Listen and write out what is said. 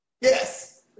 Yes